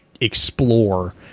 explore